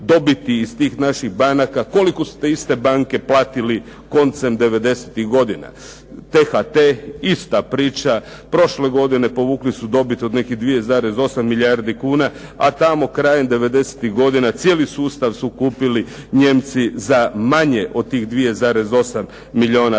dobiti iz tih banaka, koliko su te iste banke platili koncem 90-ih godina. THT, ista priča. Prošle godine povukli su dobit od nekih 2,8 milijardi kuna, a tamo krajem 90-ih godina cijeli sustav su kupili Njemci za manje od tih 2,8 milijuna kuna.